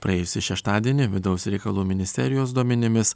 praėjusį šeštadienį vidaus reikalų ministerijos duomenimis